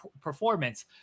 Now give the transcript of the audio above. performance